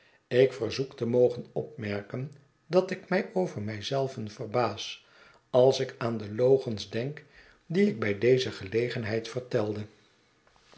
ik verzoek te mogen opmerken dat ik mij over mij zelven verbaas als ik aan de logens denk die ik by deze gelegenheid vertelde